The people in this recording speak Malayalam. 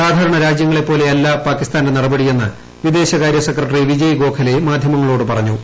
സാധാരണ രാജ്യങ്ങളെ പോലെയല്ല പാകിസ്ഥാന്റെ നടപടിയെന്ന് വിദേശകാര്യ സെക്രട്ടറി വിജയ് ഗോഖലെ മാധ്യമങ്ങളോട് പറഞ്ഞു